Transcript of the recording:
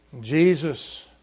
Jesus